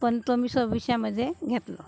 पण तो मी सव्वीसशेमध्ये घेतलं